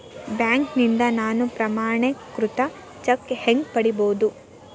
ಬ್ಯಾಂಕ್ನಿಂದ ನಾನು ಪ್ರಮಾಣೇಕೃತ ಚೆಕ್ ಹ್ಯಾಂಗ್ ಪಡಿಬಹುದು?